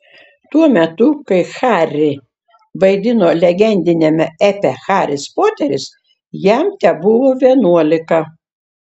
tuo metu kai harry vaidino legendiniame epe haris poteris jam tebuvo vienuolika